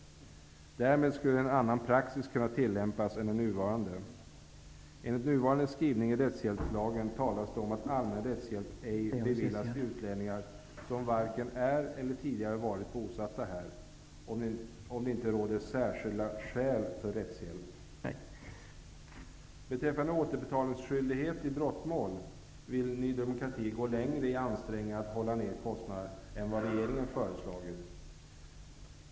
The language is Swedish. Därmed skulle en annan praxis kunna tillämpas än den nuvarande. I nuvarande skrivning i rättshjälpslagen talas det om att allmän rättshjälp ej beviljas utlänningar som varken är eller tidigare har varit bosatta här, om det inte råder särskilda skäl för rättshjälp. Ny demokrati gå längre i ansträngningarna i att hålla ned kostnaderna än vad regeringen har föreslagit.